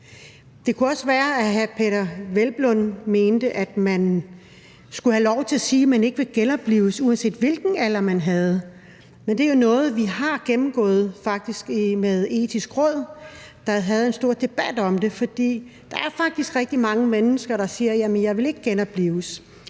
Det kunne også være, at hr. Peder Hvelplund mente, at man skulle have lov til at sige, at man ikke vil genoplives, uanset hvilken alder man havde, men det er jo faktisk noget, som vi har gennemgået med Det Etiske råd, der havde en stor debat om det. For der er faktisk rigtig mange mennesker, der siger: Jeg vil ikke genoplives.